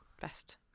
best